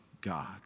God